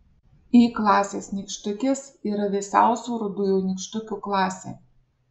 y klasės nykštukės yra vėsiausių rudųjų nykštukių klasė